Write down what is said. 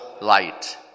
light